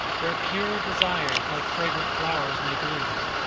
where pure desires like fragrant flowers may bloom,